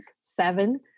seven